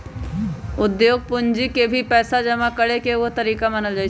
उद्योग पूंजी के भी पैसा जमा करे के एगो तरीका मानल जाई छई